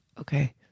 Okay